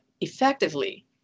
effectively